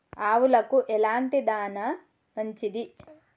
ఆవులకు ఎలాంటి దాణా మంచిది?